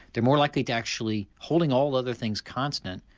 they are more likely to actually, holding all other things constant,